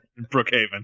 brookhaven